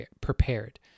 prepared